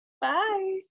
Bye